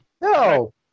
No